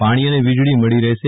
પાણી અને વીજળી મળી રહેશે